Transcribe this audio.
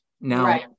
Now